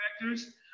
factors